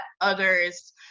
others